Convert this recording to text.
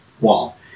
wall